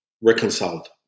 reconciled